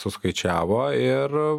suskaičiavo ir